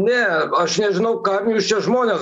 ne aš nežinau kam jūs čia žmones